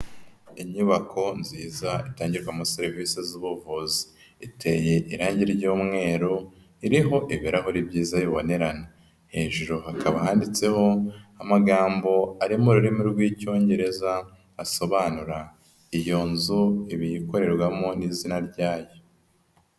Inyubako nziza itangirwamo serivisi z'ubuvuzi, iteye irange ry'umweru iriho ibirahure byiza bibonerana, hejuru hakaba handitseho amagambo ari mu rurimi rw'Icyongereza asobanura iyo nzu ibiyikorerwamo n'izina rya yo.